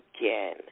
again